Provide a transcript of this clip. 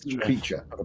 creature